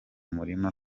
murima